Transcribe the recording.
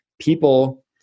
people